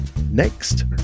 Next